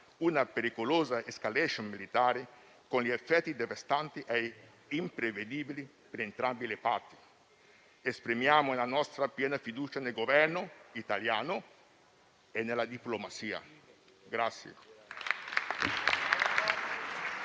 una pericolosa *escalation* militare, con gli effetti devastanti e imprevedibili per entrambe le parti. Esprimiamo la nostra piena fiducia nel Governo italiano e nella diplomazia.